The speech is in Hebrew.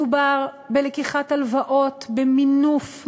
מדובר בלקיחת הלוואות במינוף,